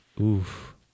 oof